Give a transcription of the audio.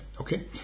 Okay